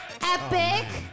epic